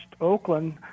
Oakland